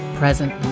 present